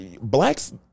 blacks